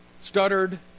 stuttered